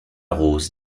rose